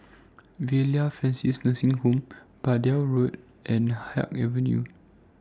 Villa Francis Nursing Home Braddell Road and Haig Avenue